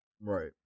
Right